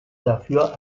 dafür